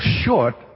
short